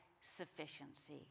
sufficiency